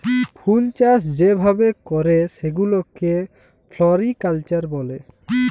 ফুলচাষ যে ভাবে ক্যরে সেগুলাকে ফ্লরিকালচার ব্যলে